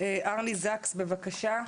ארני זקס, בבקשה.